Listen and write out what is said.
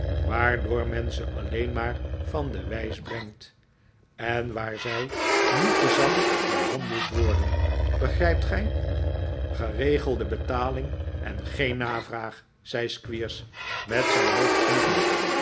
waardoor men ze alleen maar van de wijs brengt en waar zij niet te zacht behandeld worden begrijpt gij geregelde betaling en geen navraag zei squeers met zijn hoofd knikkend